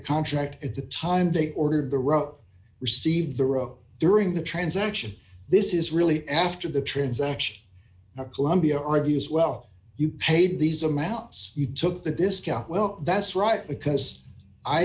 contract at the time they ordered the rope receive the rope during the transaction this is really after the transaction the columbia argues well you paid these amounts you took the discount well that's right because i